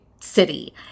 city